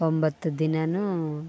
ಒಂಭತ್ತು ದಿನ